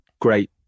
great